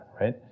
right